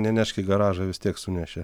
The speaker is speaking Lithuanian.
nenešk į garažą vis tiek sunešė